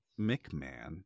McMahon